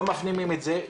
לא מפנימים את זה,